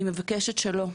אני מבקשת שלא,